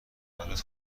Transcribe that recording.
حالت